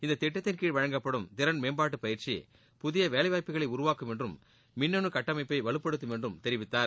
இந்த திட்டத்தின்கீழ் வழங்கப்படும் திறன் மேம்பாட்டு பயிந்சி புதிய வேலை வாய்ப்புகளை உருவாக்கும் என்றும் மின்னனு கட்டமைப்பை வலுப்படுத்தும் என்றும் தெரிவித்தார்